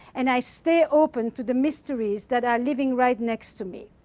and i stay open to the mysteries that are living right next to me.